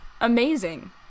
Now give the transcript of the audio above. Amazing